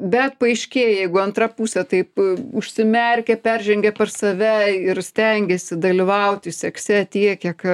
bet paaiškėja jeigu antra pusė taip užsimerkia peržengia per save ir stengėsi dalyvauti sekse tiek kiek